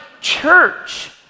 church